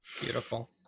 Beautiful